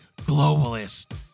globalist